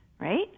right